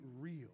real